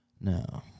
No